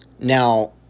Now